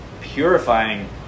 purifying